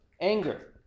Anger